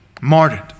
martyred